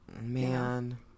Man